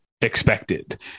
expected